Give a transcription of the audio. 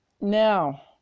Now